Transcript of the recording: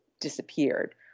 disappeared